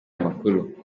makuru